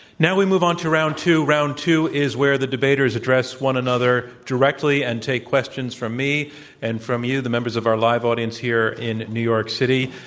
now we move on to round two. round two is where the debaters address one another directly and take questions from me and from you, the members of our live audience here in new york city.